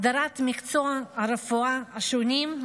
הסדרת מקצועות הרפואה השונים,